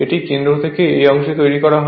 এটি কেন্দ্র থেকে এই অংশে তৈরি করা হয়